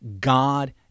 God